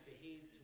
behave